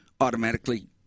automatically